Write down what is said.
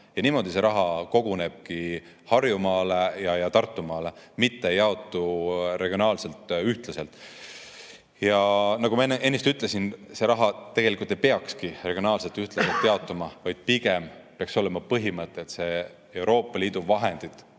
Ja niimoodi see raha kogunebki Harjumaale ja Tartumaale, mitte ei jaotu regioonidele ühtlaselt. Ja nagu ma ennist ütlesin, see raha tegelikult ei peakski regioonidele ühtlaselt jaotuma. Pigem peaks olema põhimõte, et Euroopa Liidu vahendid